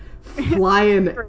flying